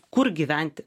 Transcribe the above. kur gyventi